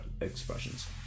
expressions